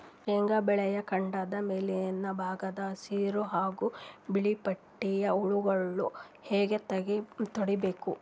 ಶೇಂಗಾ ಬೆಳೆಯ ಕಾಂಡದ ಮ್ಯಾಲಿನ ಭಾಗದಾಗ ಹಸಿರು ಹಾಗೂ ಬಿಳಿಪಟ್ಟಿಯ ಹುಳುಗಳು ಹ್ಯಾಂಗ್ ತಡೀಬೇಕು?